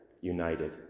united